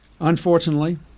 Unfortunately